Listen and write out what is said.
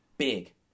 Big